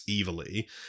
evilly